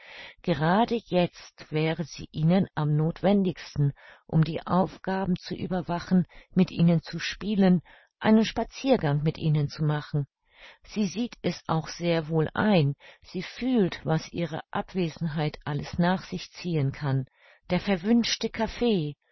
grade jetzt wäre sie ihnen am nothwendigsten um die aufgaben zu überwachen mit ihnen zu spielen einen spaziergang mit ihnen zu machen sie sieht es auch sehr wohl ein sie fühlt was ihre abwesenheit alles nach sich ziehen kann der verwünschte kaffee